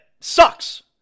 Sucks